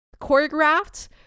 choreographed